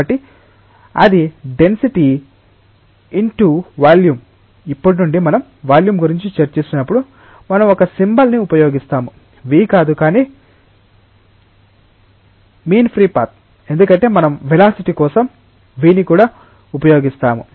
కాబట్టి అది density into volume ఇప్పటి నుండి మనం వాల్యూమ్ గురించి చర్చిస్తున్నప్పుడు మనం ఒకసింబల్ ని ఉపయోగిస్తాము v కాదు కానీ ∀ ఎందుకంటే మనం వెలాసిటి కోసం v ని కూడా ఉపయోగిస్తాము